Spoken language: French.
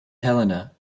helena